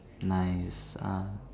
nice ah